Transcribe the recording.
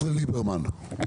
לליברמן.